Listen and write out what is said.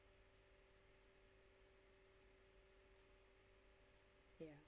ya